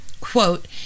quote